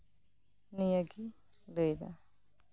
ᱱᱤᱭᱟᱹᱜᱮ ᱞᱟᱹᱭᱫᱚ